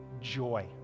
joy